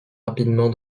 rapidement